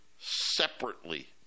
separately